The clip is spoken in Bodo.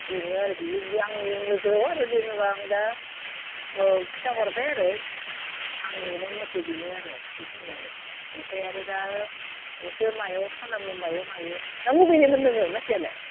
बेनो आरो बेयो आंनि नोजोराव आरो जेनेबा आं दा खिन्था हरबाय आरो आं नुनाय मथे बेनो आरो बेखिनियानो बेनिफ्राय आरो दा नोंसोर मायाव खालामो मायाव मायो दा बबेनिमोन नोङो मानसियालाय